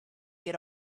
get